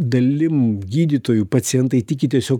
dalim gydytojų pacientai tiki tiesiog